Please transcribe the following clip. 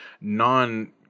non